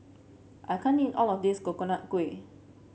I can't eat all of this Coconut Kuih